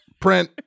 print